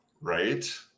Right